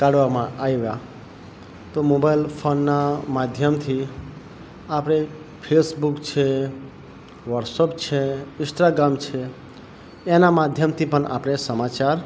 કાઢવામાં આવા તો મોબાઈલ ફોનના માધ્યમથી આપણે ફેસબુક છે વોટ્સઅપ છે ઈન્સ્ટાગ્રામ છે એના માધ્યમથી પણ આપણે સમાચાર